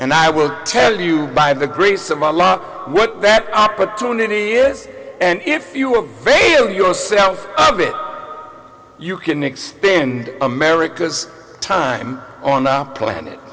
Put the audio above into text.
and i will tell you by the grace of my law what that opportunity is and if you a veil yourself of it you can expand america's time on the planet